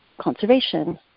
conservation